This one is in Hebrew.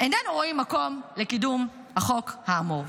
איננו רואים מקום לקידום החוק האמור.